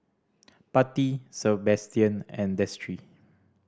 Patti Sabastian and Destry